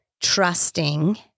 trusting